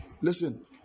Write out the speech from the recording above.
Listen